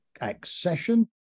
accession